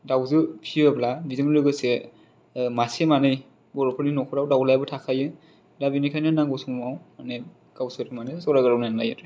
दाउजो फियोब्ला बेजों लोगोसे मासे मानै बर'फोरनि न'खराव दाउलायाबो थाखायो दा बेनिखायनो नांगौ समाव मानि गावसोर मानो जरा जरा नायनानै लायो आरो